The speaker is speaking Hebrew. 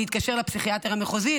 להתקשר לפסיכיאטר המחוזי,